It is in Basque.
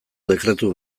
dekretu